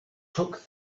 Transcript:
took